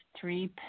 three